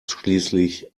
schließlich